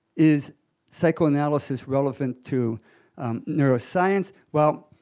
is psychoanalysis relevant to neuroscience? well,